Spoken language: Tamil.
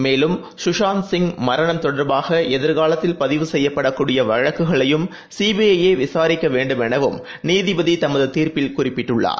மேலும் சுஷாந்த் சிங் மரணம் தொடர்பாக எதிர்காலத்தில் பதிவு செய்யப்படக்கூடியவழக்குகளையும் சிபிஐ யேவிசாரிக்கவேண்டும் எனவும் நீதிபதிதமதுதீர்ப்பில் குறிப்பிட்டுள்ளார்